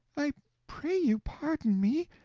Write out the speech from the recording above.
i pray you pardon me,